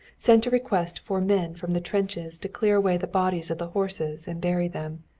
sent a request for men from the trenches to clear away the bodies of the horses and bury them,